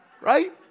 right